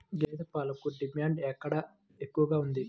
గేదె పాలకు డిమాండ్ ఎక్కడ ఎక్కువగా ఉంది?